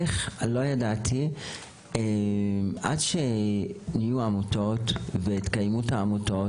איך לא ידעתי עד שנהיו עמותים והתקיימו העמותות